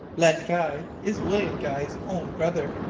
len guy, is william guy's own brother.